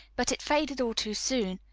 but it faded all too soon.